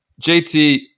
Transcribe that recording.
JT